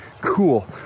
cool